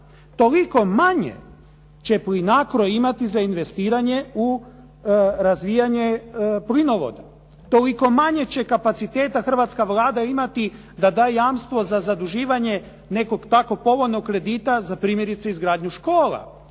Toliko manje će Plinacro imati za investiranje u razvijanje plinovoda, toliko manje će kapaciteta imati hrvatska Vlada da da jamstvo za zaduživanje nekog tako povoljnog kredita primjerice za izgradnju škola,